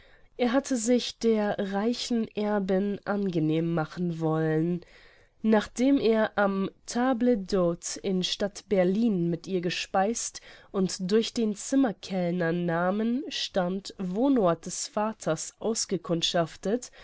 er hatte sich der reichen erbin angenehm machen wollen nachdem er am table d'hte in stadt berlin mit ihr gespeiset und durch den zimmerkellner namen stand wohnort des vaters ausgekundschaftet